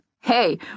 Hey